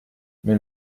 mais